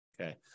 Okay